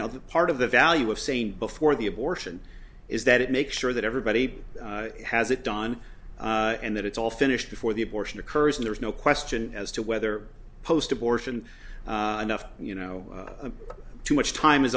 that part of the value of saying before the abortion is that it make sure that everybody has it done and that it's all finished before the abortion occurs and there's no question as to whether post abortion enough you know too much time has